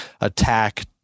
attack